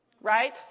Right